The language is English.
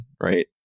Right